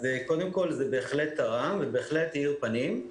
זה בהחלט תרם ובהחלט האיר עיניים.